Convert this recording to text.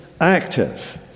active